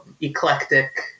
eclectic